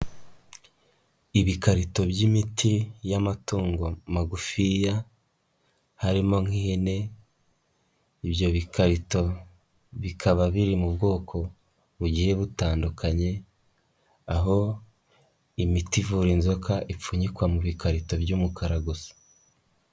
Ibikarito by'imiti y'amatungo magufiya harimo nk'ihene, ibyo bi bikarito bikaba biri mu bwoko bugi butandukanye, aho imiti ivura inzoka ipfunyikwa mu bikarito by'umukara gusa.